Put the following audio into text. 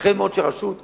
ייתכן מאוד שרשות תגיד: